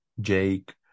jake